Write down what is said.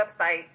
website